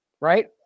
right